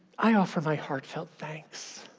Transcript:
i offer my heartfelt thanks.